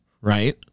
right